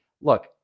look